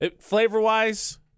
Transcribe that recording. flavor-wise